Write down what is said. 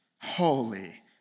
holy